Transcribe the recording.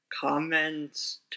Comments